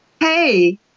hey